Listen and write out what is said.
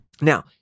Now